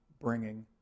bringing